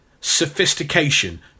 sophistication